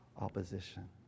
opposition